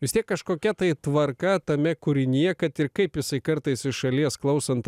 vis tiek kažkokia tai tvarka tame kūrinyje kad ir kaip jisai kartais iš šalies klausant at